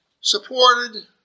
supported